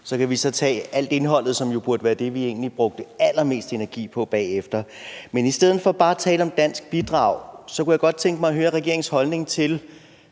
Så kan vi så tage alt indholdet, som jo burde være det, vi egentlig brugte allermest energi på, bagefter. Men i stedet for bare at tale om dansk bidrag, kunne jeg godt tænke mig at høre regeringens holdning til